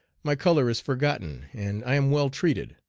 my color is forgotten and i am well treated.